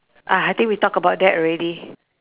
ah I think we talk about that already